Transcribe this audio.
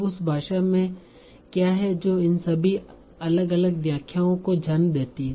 अब उस भाषा में क्या है जो इन सभी अलग अलग व्याख्याओं को जन्म देती है